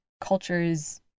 cultures